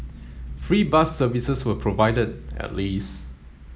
free bus services were provided at least